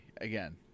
Again